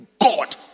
God